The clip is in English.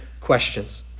questions